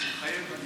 מתחייב אני